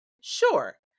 Sure